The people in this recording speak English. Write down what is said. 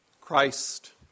Christ